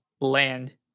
land